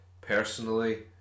personally